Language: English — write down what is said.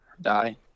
die